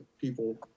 people